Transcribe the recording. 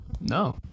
no